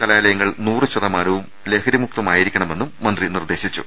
കലാലയങ്ങൾ നൂറു ശതമാനവും ലഹരിമുക്ത മായിരിക്കണമെന്നും മന്ത്രി നിർദേശിച്ചു